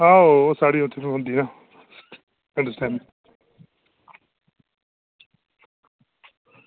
आहो ओह् साढ़ी उत्थें गै होंदी अंडरस्टैंडिंग